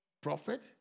Prophet